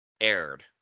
aired